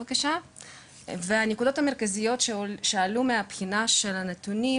הנקודות המרכזיות שעלו מהבחינה של הנתונים,